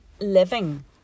living